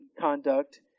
conduct